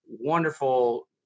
wonderful